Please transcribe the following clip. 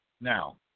now